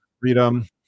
freedom